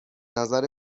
نظر